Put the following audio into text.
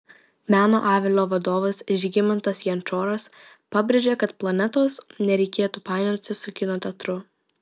meno avilio vadovas žygimantas jančoras pabrėžė kad planetos nereikėtų painioti su kino teatru